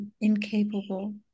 incapable